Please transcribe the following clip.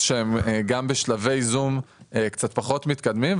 שהן גם בשלבי ייזום קצת פחות מתקדמים,